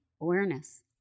awareness